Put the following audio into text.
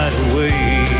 away